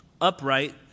upright